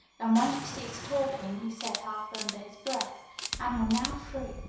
and when she ceased talking he said half under his breath and you're now free!